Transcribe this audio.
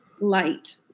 light